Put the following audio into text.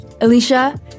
Alicia